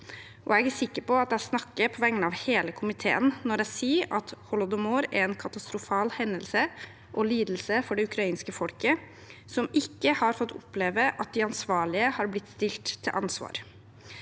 Jeg er sikker på at jeg snakker på vegne av hele komiteen når jeg sier at holodomor er en katastrofal hendelse og lidelse for det ukrainske folket, som ikke har fått oppleve at de ansvarlige er blitt stilt til ansvar